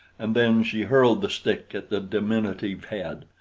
and then she hurled the stick at the diminutive head.